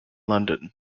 london